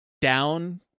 down